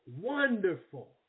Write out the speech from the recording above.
Wonderful